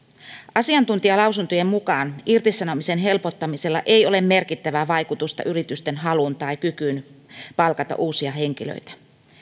asiantuntijalausuntojen mukaan irtisanomisen helpottamisella ei ole merkittävää vaikutusta yritysten haluun tai kykyyn palkata uusia henkilöitä